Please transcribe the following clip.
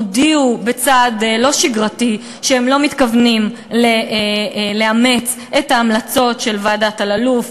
הודיעו בצעד לא שגרתי שהם לא מתכוונים לאמץ את ההמלצות של ועדת אלאלוף.